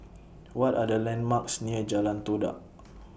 What Are The landmarks near Jalan Todak